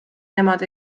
nemad